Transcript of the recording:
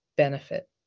benefit